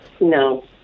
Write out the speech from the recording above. No